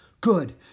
Good